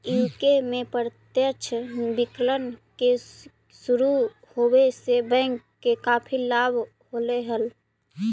UK में प्रत्यक्ष विकलन के शुरू होवे से बैंक के काफी लाभ होले हलइ